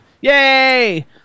Yay